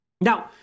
Now